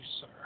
sir